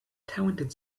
talented